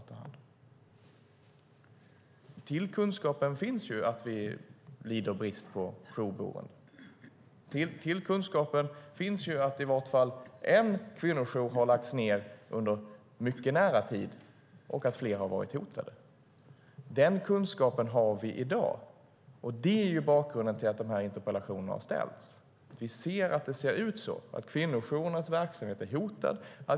Till kunskapen hör att vi lider brist på jourboenden. Till kunskapen hör att i varje fall en kvinnojour nyligen har lagts ned och att flera har varit hotade. Den kunskapen har vi i dag. Det är bakgrunden till att de här interpellationerna har ställts. Vi ser att det ser ut så. Kvinnojourernas verksamhet är hotad.